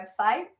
website